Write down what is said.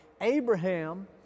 Abraham